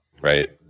right